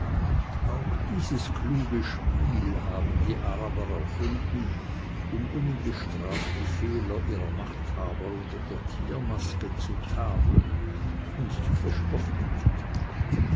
auch dieses kluge spiel haben die araber erfunden um ungestraft die fehler ihrer machthaber unter der tiermaske zu tadeln und zu verspotten